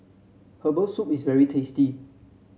Herbal Soup is very tasty